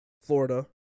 Florida